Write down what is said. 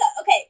Okay